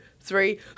three